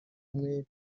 umwere